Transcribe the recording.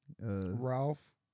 Ralph